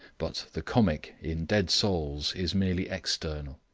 but the comic in dead souls is merely external.